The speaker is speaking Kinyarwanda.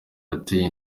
yateye